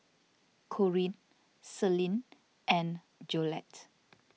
Corine Celine and Jolette